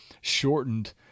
shortened